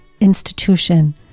institution